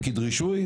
פקיד רישוי,